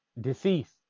Deceased